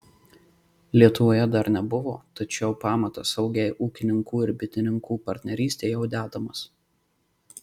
lietuvoje dar nebuvo tačiau pamatas saugiai ūkininkų ir bitininkų partnerystei jau dedamas